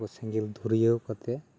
ᱛᱚᱵᱮ ᱥᱮᱸᱜᱮᱞ ᱫᱷᱩᱨᱭᱟᱹᱣ ᱠᱟᱛᱮᱫ